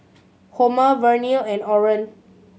Homer Vernal and Oren